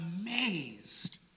amazed